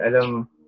alam